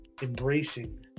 embracing